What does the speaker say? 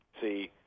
See